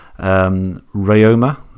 Rayoma